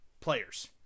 players